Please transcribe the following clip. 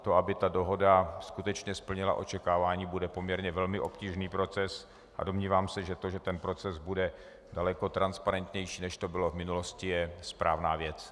To, aby ta dohoda skutečně splnila očekávání, bude poměrně velmi obtížný proces a domnívám se, že to, že ten proces bude daleko transparentnější, než to bylo v minulosti, je správná věc.